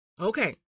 Okay